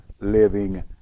living